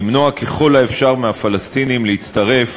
למנוע ככל האפשר מהפלסטינים להצטרף